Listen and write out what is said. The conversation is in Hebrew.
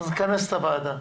אז אכנס את הוועדה.